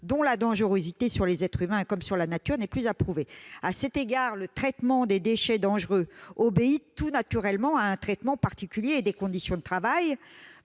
dont la dangerosité pour les êtres humains comme pour la nature n'est plus à prouver. Le traitement des déchets dangereux obéit tout naturellement à des modalités particulières, assurant des conditions de travail